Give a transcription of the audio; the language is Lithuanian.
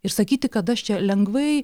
ir sakyti kad aš čia lengvai